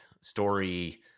story